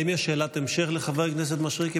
האם יש שאלת המשך לחבר הכנסת מישרקי?